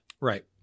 Right